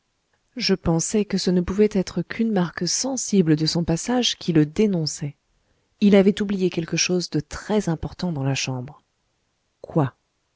je pensai que ce ne pouvait être qu'une marque sensible de son passage qui le dénonçait il avait oublié quelque chose de très important dans la chambre